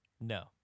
No